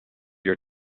your